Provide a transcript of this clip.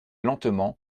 lentement